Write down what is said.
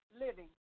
living